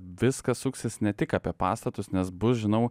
viskas suksis ne tik apie pastatus nes bus žinau